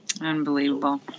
Unbelievable